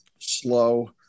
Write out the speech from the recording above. slow